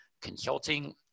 Consulting